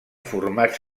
formats